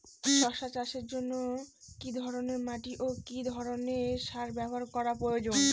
শশা চাষের জন্য কি ধরণের মাটি ও কি ধরণের সার ব্যাবহার করা প্রয়োজন?